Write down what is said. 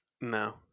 no